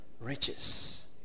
riches